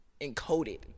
encoded